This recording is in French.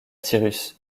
cyrus